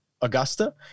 Augusta